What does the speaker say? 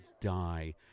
die